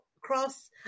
cross